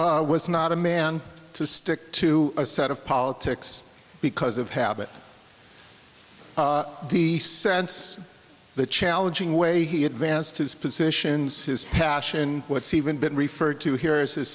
one was not a man to stick to a set of politics because of habit the sense the challenging way he advanced his positions his passion what's even been referred to here is